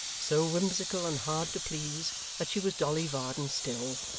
so whimsical and hard to please that she was dolly varden still,